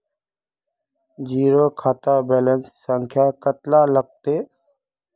Zero खाता balance संख्या कतला लगते?